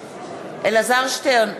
אלעזר שטרן,